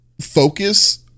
focus